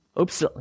oops